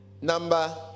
Number